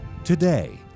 Today